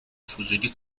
فضولی